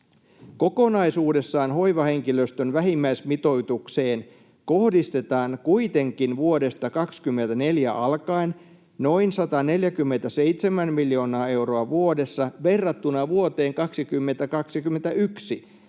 ”Kokonaisuudessaan hoivahenkilöstön vähimmäismitoitukseen kohdistetaan kuitenkin vuodesta 2024 alkaen noin 147 miljoonaa euroa vuodessa verrattuna vuoteen 2021,